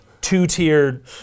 two-tiered